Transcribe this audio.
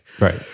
Right